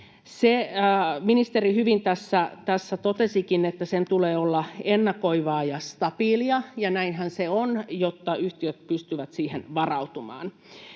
Ministeri hyvin tässä totesikin, että sen tulee olla ennakoivaa ja stabiilia — ja näinhän se on — jotta yhtiöt pystyvät siihen varautumaan.